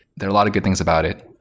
there are a lot of good things about it,